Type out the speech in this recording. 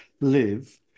live